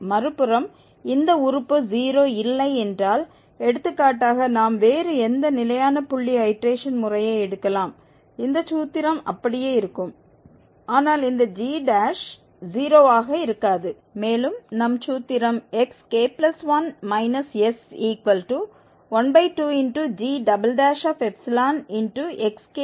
மறுபுறம் இந்த உறுப்பு 0 இல்லை என்றால் எடுத்துக்காட்டாக நாம் வேறு எந்த நிலையான புள்ளி ஐடேரேஷன் முறையை எடுக்கலாம் இந்த சூத்திரம் அப்படியே இருக்கும் ஆனால் இந்த g 0 ஆக இருக்காது மேலும் நம் சூத்திரம் xk1 s12gxk s2